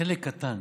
חלק קטן